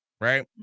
right